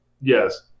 yes